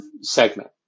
segment